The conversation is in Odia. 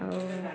ଆଉ